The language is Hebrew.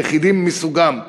היחידים מסוגם בארץ: